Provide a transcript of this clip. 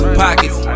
pockets